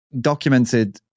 documented